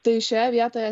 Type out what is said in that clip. tai šioje vietoje